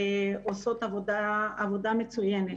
עושות עבודה מצוינת.